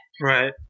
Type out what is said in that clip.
Right